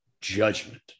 judgment